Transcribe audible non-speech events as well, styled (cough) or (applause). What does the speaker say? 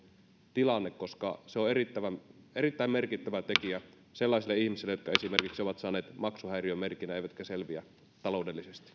tilanne se on erittäin erittäin merkittävä tekijä sellaisille ihmisille jotka esimerkiksi ovat saaneet maksuhäiriömerkinnän eivätkä selviä taloudellisesti (unintelligible)